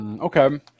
Okay